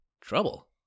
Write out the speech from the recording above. Trouble